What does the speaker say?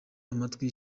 amatwi